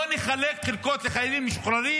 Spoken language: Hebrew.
לא נחלק חלקות לחיילים משוחררים